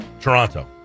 Toronto